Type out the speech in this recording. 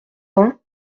vingt